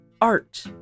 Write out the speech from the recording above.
art